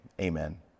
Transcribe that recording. amen